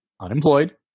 unemployed